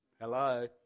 Hello